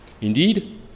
Indeed